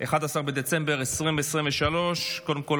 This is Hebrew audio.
11 בדצמבר 2023. קודם כול,